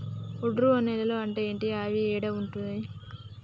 ఒండ్రు నేలలు అంటే ఏంటి? అవి ఏడ ఉంటాయి?